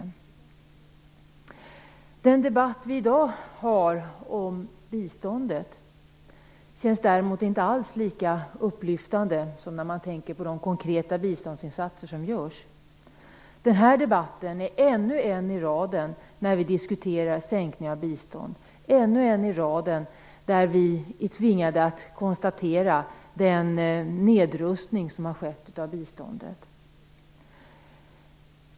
Den debatt vi i dag har om biståndet känns däremot inte alls lika upplyftande som när man tänker på de konkreta biståndsinsatser som görs. Den här debatten är ännu en i raden där vi diskuterar sänkning av bistånd, ännu en i raden där vi är tvingade att konstatera den nedrustning som har skett av biståndet.